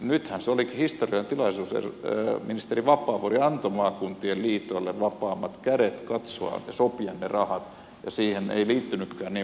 nythän se olikin historiallinen tilaisuus kun ministeri vapaavuori antoi maakuntien liitoille vapaammat kädet katsoa ja sopia ne rahat ja siihen ei liittynytkään niin voimakkaasti keskushallinto